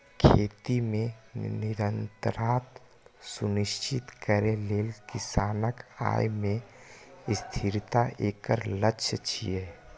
खेती मे निरंतरता सुनिश्चित करै लेल किसानक आय मे स्थिरता एकर लक्ष्य छियै